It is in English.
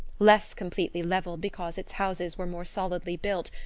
less completely levelled because its houses were more solidly built,